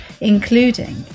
including